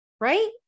Right